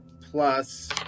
plus